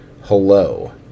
hello